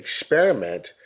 experiment